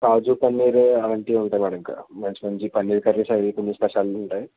కాజు పన్నీర్ అలాంటివి ఉంటాయి మేడం ఇంకా మంచి మంచి పన్నీర్ కర్రీస్ అవి కొన్ని స్పెషల్వి ఉంటాయి